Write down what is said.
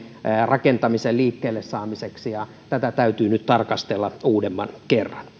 rakentamisen liikkeelle saamiseksi ja tätä täytyy nyt tarkastella uudemman kerran